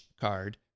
card